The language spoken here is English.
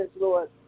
Lord